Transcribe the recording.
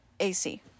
AC